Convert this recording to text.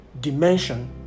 dimension